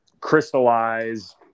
crystallize